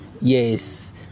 Yes